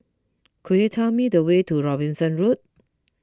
could you tell me the way to Robinson Road